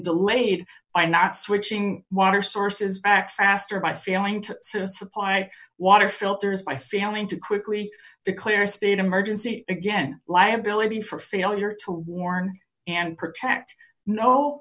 delayed by not switching water sources back faster by failing to supply water filters by failing to quickly declare a state emergency again liability for failure to warn and protect no